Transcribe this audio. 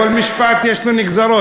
כל משפט יש לו נגזרות,